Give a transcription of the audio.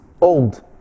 old